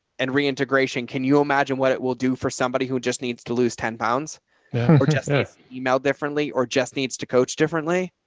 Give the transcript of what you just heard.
and reintegration. can you imagine what it will do for somebody who just needs to lose ten pounds or just emailed differently or just needs to coach differently?